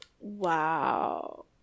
Wow